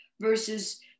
versus